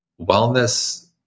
wellness